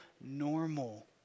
normal